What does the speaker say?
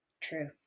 True